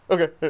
Okay